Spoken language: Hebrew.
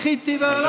מחיתי והלכתי.